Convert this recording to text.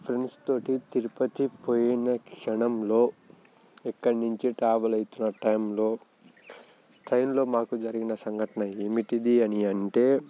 ఫ్రెండ్స్తోటి తిరుపతి పోయిన క్షణంలో ఇక్కడి నుంచి ట్రావెల్ అవుతున్న టైంలో ట్రైన్లో మాకు జరిగిన సంఘటన ఏమిటిది అని అంటే